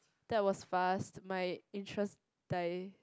that was fast my interest die